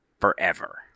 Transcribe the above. forever